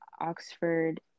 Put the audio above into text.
Oxford